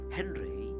Henry